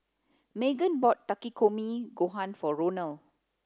Magen bought Takikomi Gohan for Ronal